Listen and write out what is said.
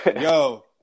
yo